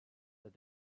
that